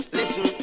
listen